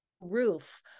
roof